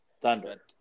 Thunder